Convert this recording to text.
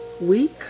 week